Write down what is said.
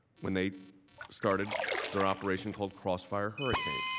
when they started their operation called crossfire her again.